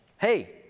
hey